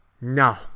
No